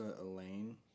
Elaine